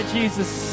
Jesus